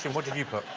what did you put?